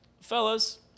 fellas